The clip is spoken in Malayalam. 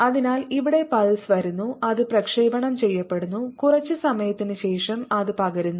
അതിനാൽ ഇവിടെ പൾസ് വരുന്നു അത് പ്രക്ഷേപണം ചെയ്യപ്പെടുന്നു കുറച്ച് സമയത്തിന് ശേഷം അത് പകരുന്നു